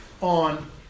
on